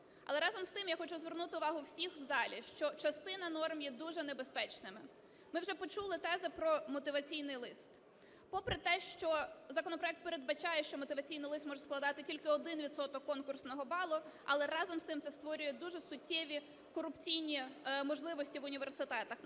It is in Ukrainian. Але, разом з тим, я хочу звернути увагу всіх в залі, що частина норм є дуже небезпечними. Ми вже почули тези про мотиваційний лист. Попри те, що законопроект передбачає, що мотиваційний лист може складати тільки 1 відсоток конкурсного бала, але, разом з тим, це створює дуже суттєві корупційні можливості в університетах,